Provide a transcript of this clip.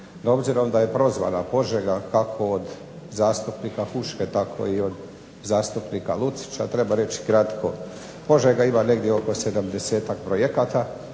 No, obzirom da je prozvana Požega kako do zastupnika Huške, tako i od zastupnika LUcića, treba reći kratko. Požega ima negdje oko 70-tak projekata,